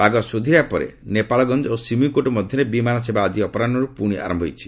ପାଗ ସ୍ୱଧ୍ରରିବା ପରେ ନେପାଳଗଞ୍ଜ ଓ ସୀମିକୋଟ୍ ମଧ୍ୟରେ ବିମାନ ସେବା ଆଜି ଅପରାହ୍ୱର୍ ପ୍ରଶି ଆରମ୍ଭ ହୋଇଛି